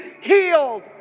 healed